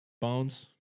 Bones